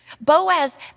Boaz